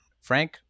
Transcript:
Frank